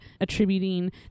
attributing